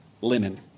linen